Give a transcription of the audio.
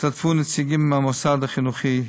השתתפו נציגים מהמוסד החינוכי.